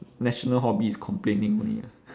national hobby is complaining only ah